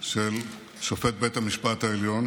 של שופט בית המשפט העליון